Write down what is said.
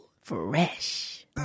Fresh